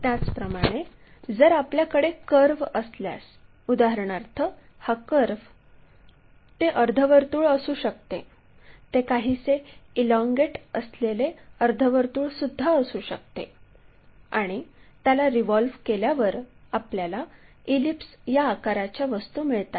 त्याचप्रमाणे जर आपल्याकडे कर्व असल्यास उदाहरणार्थ हा कर्व ते अर्धवर्तुळ असू शकते ते काहीसे इलॉंगेट असलेले अर्धवर्तुळ सुद्धा असू शकते आणि त्याला रिव्हॉल्व केल्यावर आपल्याला इलिप्स या आकाराच्या वस्तू मिळतात